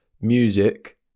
music